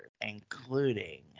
including